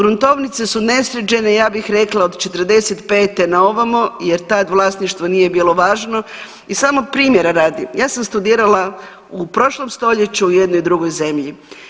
Gruntovnice su nesređene ja bih rekla od '45.-te na ovamo jer tad vlasništvo nije bilo važno i samo primjera radi, ja sam studirala u prošlom stoljeću u jednom drugoj zemlji.